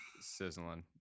Sizzling